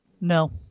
No